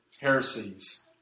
heresies